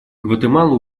гватемала